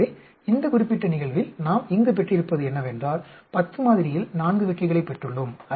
எனவே இந்த குறிப்பிட்ட நிகழ்வில் நாம் இங்கு பெற்றிருப்பது என்னவென்றால் 10 மாதிரியில் 4 வெற்றிகளைப் பெற்றுள்ளோம்